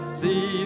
see